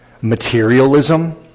materialism